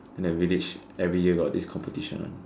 and that village every year got this competition one